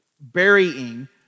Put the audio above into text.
burying